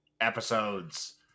episodes